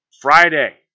Friday